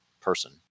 person